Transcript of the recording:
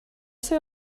ser